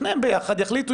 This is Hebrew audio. שניהם ביחד יחליטו,